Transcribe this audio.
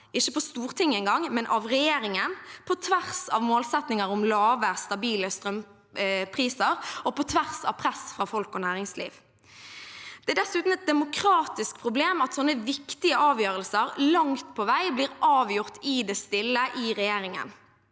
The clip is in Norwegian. ikke på Stortinget engang, men av regjeringen – på tvers av målsettinger om lave, stabile strømpriser og på tvers av press fra folk og næringsliv. Det er dessuten et demokratisk problem at slike viktige avgjørelser langt på vei blir avgjort i det stille i regjeringen